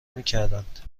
میکردند